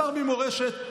השר ממורשת,